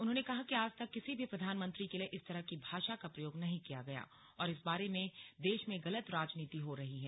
उन्होंने कहा कि आज तक किसी भी प्रधानमंत्री के लिए इस तरह की भाषा का प्रयोग नहीं किया गया और इस बारे में देश में गलत राजनीति हो रही है